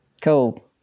cool